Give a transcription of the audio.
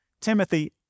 Timothy